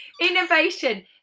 Innovation